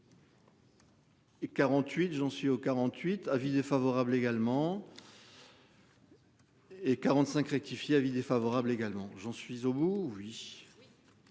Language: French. Hé 48 j'en suis au 48 avis défavorable également. Et 45 rectifié avis défavorable également, j'en suis au bout oui.